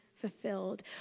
fulfilled